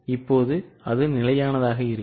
இப்போது நிலையானதாக இருக்கும்